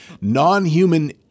non-human